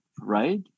Right